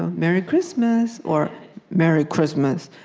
ah merry christmas, or merry christmas.